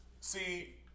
See